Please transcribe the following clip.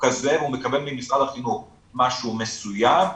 כזה והוא מקבל ממשרד החינוך משהו מסוים,